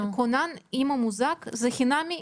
כונן, אם הוא מוזעק, זה חינמי?